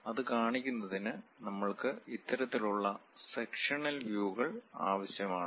അത് കാണിക്കുന്നതിന് നമ്മൾക്ക് ഇത്തരത്തിലുള്ള സെക്ഷനൽ വ്യൂ കൾ ആവശ്യമാണ്